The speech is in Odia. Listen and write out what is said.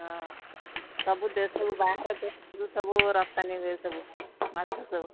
ହଁ ସବୁ ଦେଶକୁ ବାହାର ଦେଶରୁ ସବୁ ରପ୍ତାନୀ ହୁଏ ସବୁ ମାଛ ସବୁ